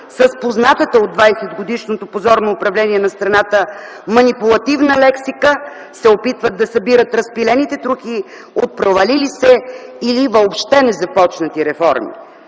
С познатата от 20-годишното позорно управление на страната манипулативна лексика се опитват да събират разпилените трохи от провалили се или въобще незапочнати реформи.